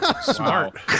Smart